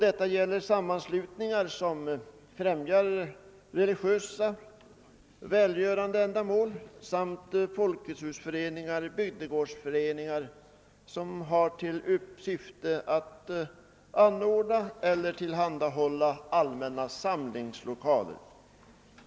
Detta gäller för sammanslutningar som främjar religiösa och välgörande ändamål samt folkhetshusföreningar, bygdegårdsföreningar och andra liknande sammanslutningar som har till främsta syfte att anordna eller tillhandahålla allmänna samlingslokaler.